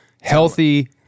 healthy